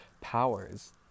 powers